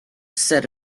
said